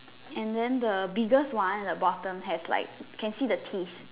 and than the biggest one at the bottom has like can see the teeth